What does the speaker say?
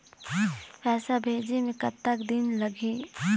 पैसा भेजे मे कतका दिन लगही?